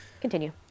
continue